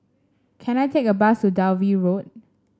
can I take a bus to Dalvey Road